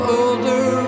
older